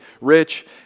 Rich